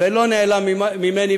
ולא נעלמת ממני,